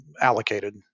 allocated